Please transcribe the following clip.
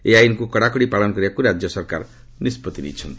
ଏହି ଆଇନ୍କୁ କଡ଼ାକଡ଼ି ପାଳନ କରିବାକୁ ରାଜ୍ୟ ସରକାର ନିଷ୍ପଭି ନେଇଛନ୍ତି